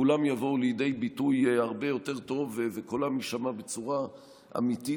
כולם יבואו לידי ביטוי הרבה יותר טוב וקולם יישמע בצורה אמיתית